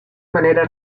manera